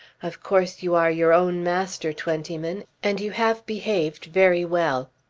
of course you are your own master, twentyman. and you have behaved very well.